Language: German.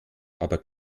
aber